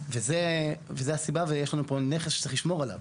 זה הסיבה, ויש לנו פה נכס שצריך לשמור עליו.